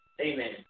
Amen